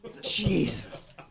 Jesus